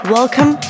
Welcome